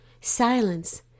Silence